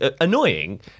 annoying